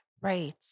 Right